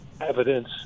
evidence